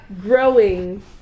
Growing